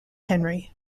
henry